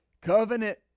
Covenant